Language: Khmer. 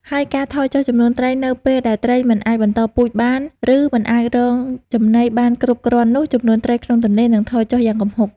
ហើយការថយចុះចំនួនត្រីនៅពេលដែលត្រីមិនអាចបន្តពូជបាន ឬមិនអាចរកចំណីបានគ្រប់គ្រាន់នោះ ចំនួនត្រីក្នុងទន្លេនឹងថយចុះយ៉ាងគំហុក។